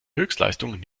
höchstleistung